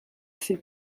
ses